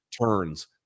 turns